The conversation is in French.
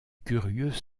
curieux